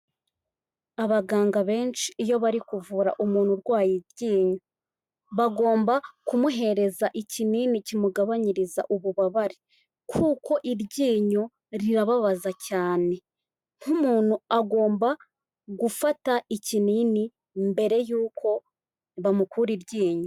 Abaganga benshi iyo bari kuvura umuntu urwaye iryinyo. Bagomba kumuhereza ikinini kimugabanyiriza ububabare. Kuko iryinyo rirababaza cyane. Nk'umuntu agomba gufata ikinini mbere yuko bamukura iryinyo.